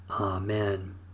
Amen